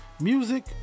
music